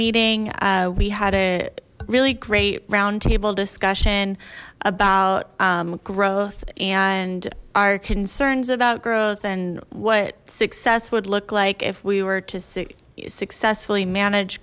meeting we had a really great roundtable discussion about growth and our concerns about growth and what success would look like if we were to see successfully manage